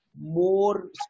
more